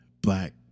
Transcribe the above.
black